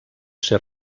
ser